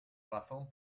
razón